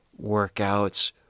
workouts